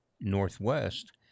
Northwest